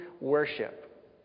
worship